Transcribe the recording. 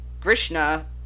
Krishna